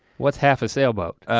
what's half a sailboat?